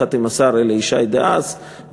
יחד עם השר דאז אלי ישי.